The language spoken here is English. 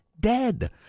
dead